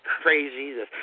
crazy